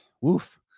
woof